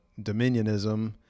dominionism